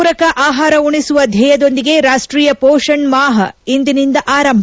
ಪೂರಕ ಆಹಾರ ಉಣಿಸುವ ಧ್ಲೇಯದೊಂದಿಗೆ ರಾಷ್ಟೀಯ ಮೋಷಣ್ ಮಾಹ್ ಇಂದಿನಿಂದ ಆರಂಭ